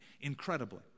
incredibly